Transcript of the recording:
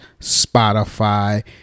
Spotify